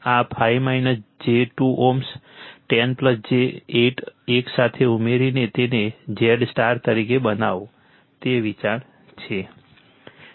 આ 5 j 2 Ω 10 j 8 એકસાથે ઉમેરીને તેને Z સ્ટાર તરીકે બનાવો તે વિચાર છે